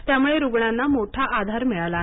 त्यामुळे रुग्णांना मोठा आधार मिळाला आहे